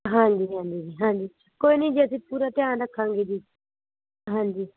ਹਾਂਜੀ ਹਾਂਜੀ ਜੀ ਹਾਂਜੀ ਕੋਈ ਨਹੀਂ ਜੀ ਅਸੀਂ ਪੂਰਾ ਧਿਆਨ ਰੱਖਾਂਗੇ ਜੀ ਹਾਂਜੀ